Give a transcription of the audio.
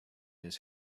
his